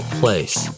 place